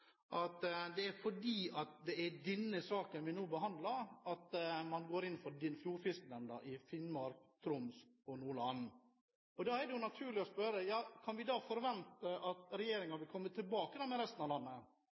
at det er i den saken som vi nå behandler, at man går inn for en fjordfiskenemnd i Finnmark, Troms og Nordland. Da er det naturlig å spørre om vi kan forvente at regjeringen vil komme tilbake til resten av landet.